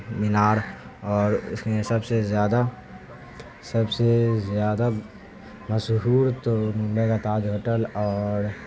مینار اور اس میں سب سے زیادہ سب سے زیادہ مشہور تو میرا تاج ہوٹل اور